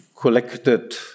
collected